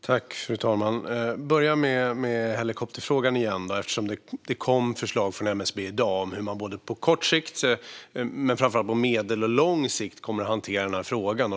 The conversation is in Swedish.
Fru talman! Jag börjar med helikopterfrågan, eftersom det i dag kom ett förslag från MSB om hur man både på kort sikt och - framför allt - på medellång och lång sikt ska hantera denna fråga.